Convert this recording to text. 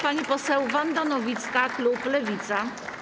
Pani poseł Wanda Nowicka, klub Lewica.